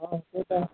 अँ त्यही त